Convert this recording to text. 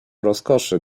rozkoszy